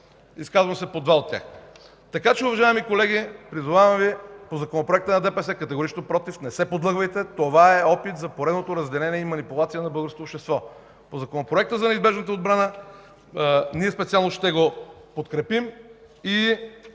Изказвам се по два от тях. Така че, уважаеми колеги, призовавам Ви по Законопроекта на ДПС – категорично „против”! Не се подлъгвайте! Това е опит за поредното разделение и манипулация на българското общество. По Законопроекта за неизбежната отбрана – ние специално ще го подкрепим.